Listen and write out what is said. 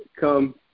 come